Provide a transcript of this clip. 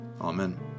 Amen